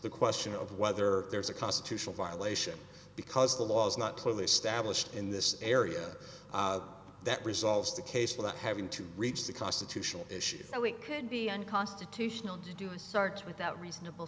the question of whether there is a constitutional violation because the law is not clearly established in this area that resolves the case without having to breach the constitutional issue so it could be unconstitutional to do it starts without reasonable